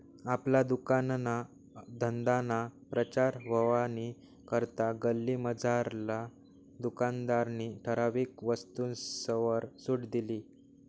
आपला दुकानना धंदाना प्रचार व्हवानी करता गल्लीमझारला दुकानदारनी ठराविक वस्तूसवर सुट दिनी